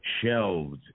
shelved